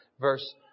Verse